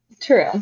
True